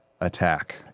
attack